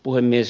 puhemies